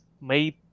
made